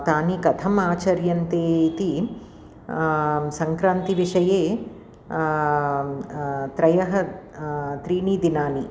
तानि कथम् आचर्यन्ते इति सङ्क्रान्तिविषये त्रयः त्रीणि दिनानि